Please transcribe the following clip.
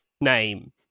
name